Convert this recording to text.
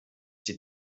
die